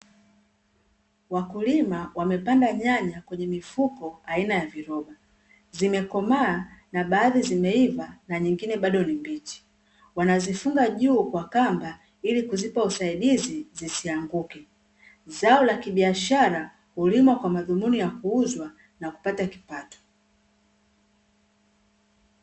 Wakulima wamepanda nyanya kwenye mifuko aina ya viroba. Zimekomaa na baadhi zimeiva na nyingine bado ni mbichi. Wanazifunga juu kwa kamba ili kuzipa usaidizi zisianguke. Zao la kibiashara hulimwa kwa madhumuni ya kuuzwa na kupata kipato.